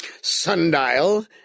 sundial